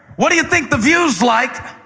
what do you think the view is like